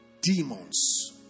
demons